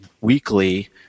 weekly